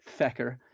fecker